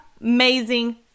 amazing